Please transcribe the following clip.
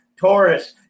Taurus